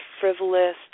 frivolous